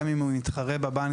גם אם הוא מתחרה בבנקים,